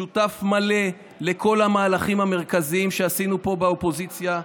היית שותף מלא לכל המהלכים המרכזיים שעשינו פה באופוזיציה,